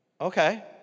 okay